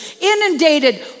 inundated